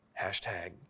Hashtag